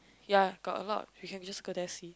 ya got a lot we just go there see